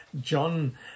John